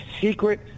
secret